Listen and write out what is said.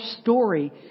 story